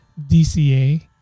DCA